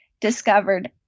discovered